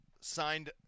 signed